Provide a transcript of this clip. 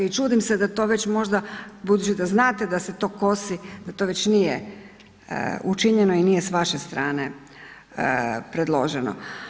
I čudim se da to već možda, budući da znate da se to kosi da to već nije učinjeno i nije s vaše strane predloženo.